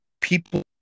people